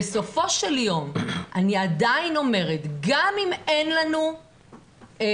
בסופו של יום אני עדיין אומרת שגם אם אין לנו נתונים